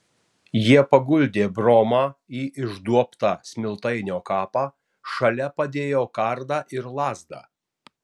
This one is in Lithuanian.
jie paguldė bromą į išduobtą smiltainio kapą šalia padėjo kardą ir lazdą